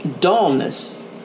Dullness